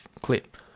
clip